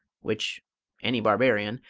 which any barbarian,